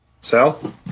Sal